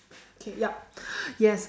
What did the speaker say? okay yup yes